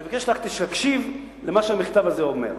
אני מבקש שתקשיב למה שהמכתב הזה אומר.